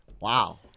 Wow